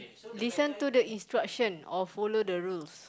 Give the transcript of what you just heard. listen to the instruction or follow the rules